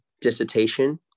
dissertation